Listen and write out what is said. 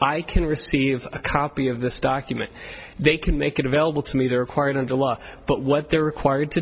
i can receive a copy of this document they can make it available to me they're required under law but what they're required to